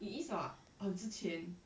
it is lah 很值钱